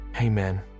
Amen